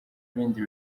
ibindi